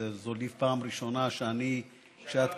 זו לי פעם ראשונה, שאתה מדבר,